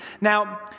now